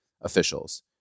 officials